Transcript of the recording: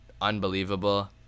unbelievable